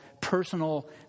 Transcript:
personal